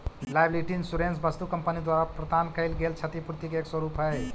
liability insurance वस्तु company द्वारा प्रदान कैइल गेल क्षतिपूर्ति के एक स्वरूप हई